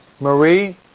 Marie